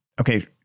okay